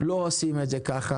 לא עושים את זה ככה,